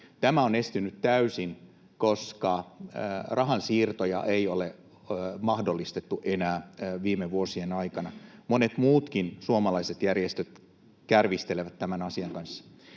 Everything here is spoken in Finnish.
— on estynyt täysin, koska rahansiirtoja ei ole mahdollistettu enää viime vuosien aikana. Monet muutkin suomalaiset järjestöt kärvistelevät tämän asian kanssa.